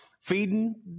feeding